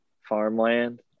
farmland